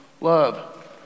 love